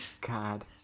God